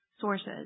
sources